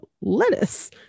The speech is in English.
lettuce